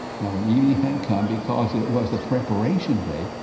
now when evening had come, because it was the preparation day,